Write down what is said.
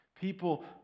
People